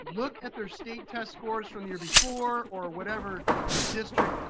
look at their state test scores from the year before or whatever district